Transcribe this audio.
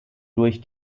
durch